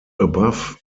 above